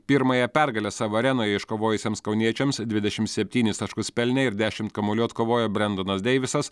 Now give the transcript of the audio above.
pirmąją pergalę savo arenoje iškovojusiems kauniečiams dvidešimt septynis taškus pelnė ir dešimt kamuolių atkovojo brendonas deivisas